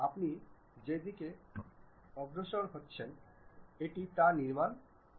এটি কি সেই দিক যা পূরণ করতে আমি পছন্দ করব